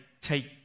take